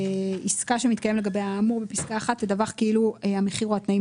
עסקה שמתקיים לגביה האמור בפסקה (1) תדווח כאילו המחיר או התנאים,